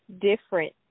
different